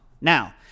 Now